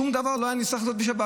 אין מתוכנן.